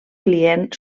client